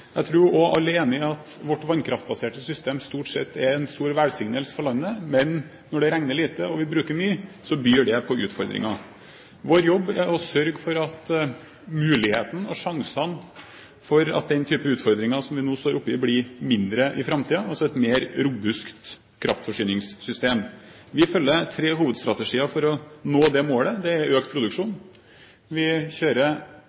at vårt vannkraftbaserte system stort sett er en stor velsignelse for landet, men når det regner lite, og vi bruker mye, byr det på utfordringer. Vår jobb er å sørge for at mulighetene og sjansene for at den type utfordringer som vi nå står oppe i, blir mindre i framtiden – altså et mer robust kraftforsyningssystem. Vi følger tre hovedstrategier for å nå det målet. Det er økt produksjon. Vi kjører